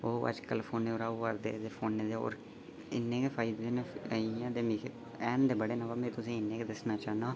ओह् अज्जकल फोनै 'रा होआ 'रदे फोनै दे होर इ'न्ने गै फायदे न इ'यां ते मिगी हैन ते बड़े न पर में तुसें ई इ'न्ने गै दस्सना चाह्न्नां